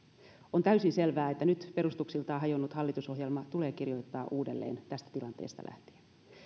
on täysin selvää että nyt perustuksiltaan hajonnut hallitusohjelma tulee kirjoittaa uudelleen tästä tilanteesta lähtien